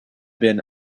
been